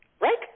Right